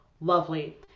lovely